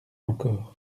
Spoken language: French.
encore